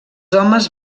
homes